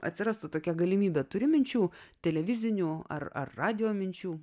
atsirastų tokia galimybė turi minčių televizinių ar radijo minčių